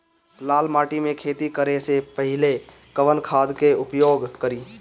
लाल माटी में खेती करे से पहिले कवन खाद के उपयोग करीं?